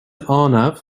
arnav